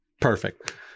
Perfect